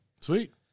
Sweet